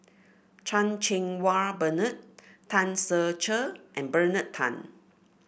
Chan Cheng Wah Bernard Tan Ser Cher and Bernard Tan